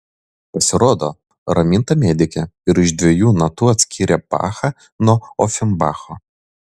pasirodo raminta medikė ir iš dviejų natų atskiria bachą nuo ofenbacho